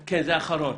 כן, זה האחרון.